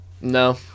no